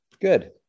Good